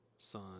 Son